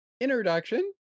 introduction